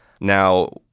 Now